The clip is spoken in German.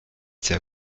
sehr